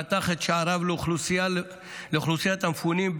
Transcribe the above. פתח את שעריו לאוכלוסיית המפונים,